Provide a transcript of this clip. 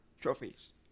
trophies